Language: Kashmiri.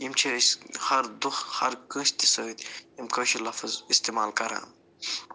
یِم چھِ أسۍ ہر دۄہ ہر کٲنٛسہِ تہِ سۭتۍ یِم کٲشِرۍ لفظ اِستعمال کَران